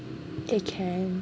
eh can